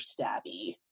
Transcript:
stabby